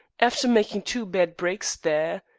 after making two bad breaks there.